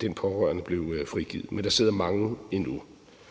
den pårørende blev frigivet. Men der sidder mange endnu.